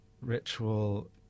ritual